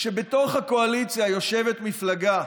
כשבתוך הקואליציה יושבת מפלגה